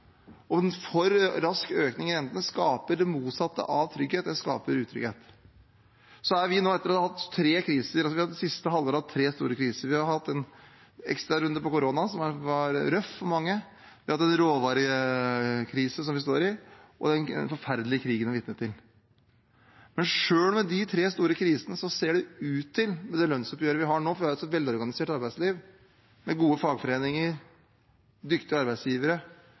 og en for rask økning i rentene skaper det motsatte av trygghet: Det skaper utrygghet. Det siste halvåret har vi hatt tre store kriser. Vi har hatt en ekstrarunde på koronaen, som var røff for mange. Vi har hatt en råvarekrise som vi fortsatt står i, og vi har den forferdelige krigen vi er vitne til. Men selv med de tre store krisene ser det ut til, med det lønnsoppgjøret vi har nå – for vi har et så velorganisert arbeidsliv med gode fagforeninger og dyktige arbeidsgivere